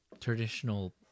traditional